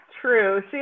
true